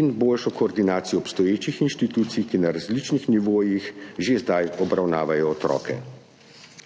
in boljšo koordinacijo obstoječih inštitucij, ki na različnih nivojih že zdaj obravnavajo otroke.